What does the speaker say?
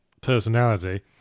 personality